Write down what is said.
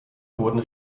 wurden